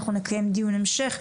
אנחנו נקיים דיון המשך,